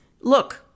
look